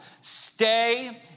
Stay